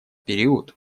период